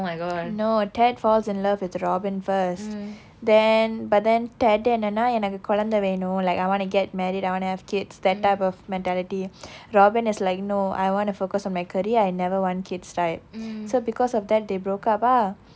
no ted falls in love with robin first then but then ted என்னன்னா எனக்கு குழந்தை வேணும்:ennannaa enakku kulanthai venum like I want to get married I want ti have kids that type of mentality robin is like no I want to focus on my career I never want kids type so because of that they broke up ah